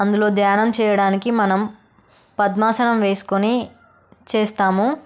అందులో ధ్యానం చేయడానికి మనం పద్మాసనం వేసుకోని చేస్తాము